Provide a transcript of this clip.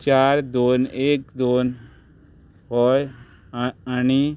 चार दोन एक दोन होय आनी